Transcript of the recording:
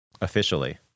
Officially